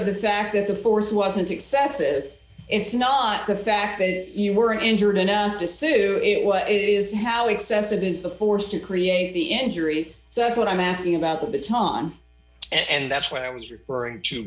to the fact that the force wasn't excessive it's not the fact that you were injured enough to sue it what it is how excessive is the force to create the injury so that's what i'm asking about the baton and that's what i was referring to